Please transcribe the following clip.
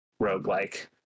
roguelike